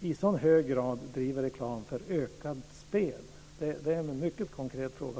i så hög grad gör reklam för ökat spel? Det är en mycket konkret fråga.